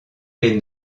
les